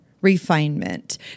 refinement